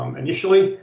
initially